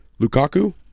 Lukaku